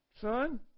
son